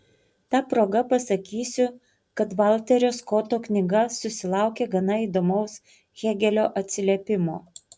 ta proga pasakysiu kad valterio skoto knyga susilaukė gana įdomaus hėgelio atsiliepimo